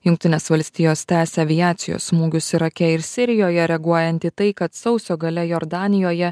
jungtinės valstijos tęsia aviacijos smūgius irake ir sirijoje reaguojant į tai kad sausio gale jordanijoje